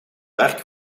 werk